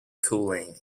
cooling